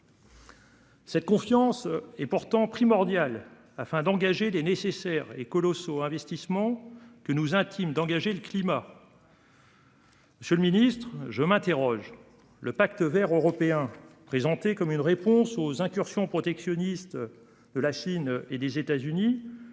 Cette confiance est pourtant primordial afin d'engager des nécessaires et colossaux investissements que nous intime d'engager le climat. Monsieur le Ministre, je m'interroge le Pacte Vert européen présenté comme une réponse aux incursions protectionniste. De la Chine et des États-Unis